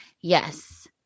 Yes